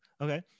okay